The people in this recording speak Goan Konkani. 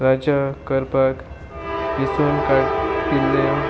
राज्य करपाक विचून काडिल्ल्यो